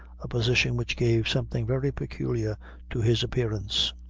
a position which gave something very peculiar to his appearance.